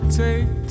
take